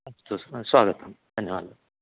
अस्तु स्वागतम् धन्यवादाः